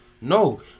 No